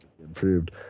improved